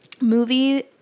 movie